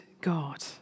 God